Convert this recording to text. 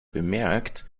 bemerkt